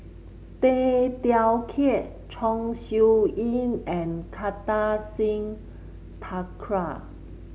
Tay Teow Kiat Chong Siew Ying and Kartar Singh Thakral